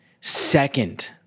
second